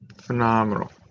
Phenomenal